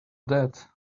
that